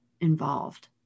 involved